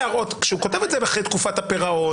כשהוא כותב את זה אחרי תקופת הפירעון,